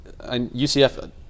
UCF